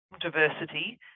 diversity